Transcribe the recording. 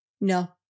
No